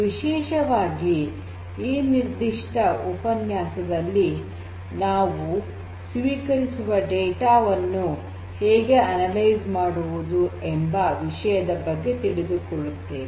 ವಿಶೇಷವಾಗಿ ಈ ನಿರ್ಧಿಷ್ಟ ಉಪನ್ಯಾಸದಲ್ಲಿ ನಾವು ಸ್ವೀಕರಿಸಿರುವ ಡೇಟಾ ವನ್ನು ಹೇಗೆ ಅನಲೈಜ್ ಮಾಡುವುದು ಎಂಬ ವಿಷಯದ ಬಗ್ಗೆ ತಿಳಿದುಕೊಳ್ಳುತ್ತೇವೆ